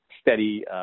steady